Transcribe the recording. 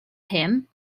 him